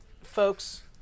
folks